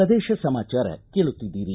ಪ್ರದೇಶ ಸಮಾಚಾರ ಕೇಳುತ್ತಿದ್ದೀರಿ